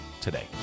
today